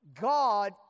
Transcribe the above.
God